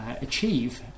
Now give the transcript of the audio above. achieve